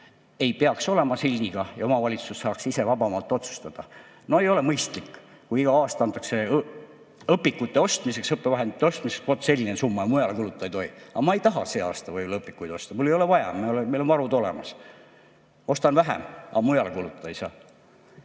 ei peaks olema sildiga. Omavalitsus peaks saama ise vabamalt otsustada. Ei ole mõistlik, kui iga aasta antakse õpikute ostmiseks, õppevahendite ostmiseks vot selline summa ja mujale kulutada ei tohi. Aga ma ei taha see aasta võib-olla õpikuid osta, mul ei ole vaja, meil on varud olemas. Ostan vähem, aga mujale kulutada ei saa.